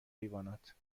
حیوانات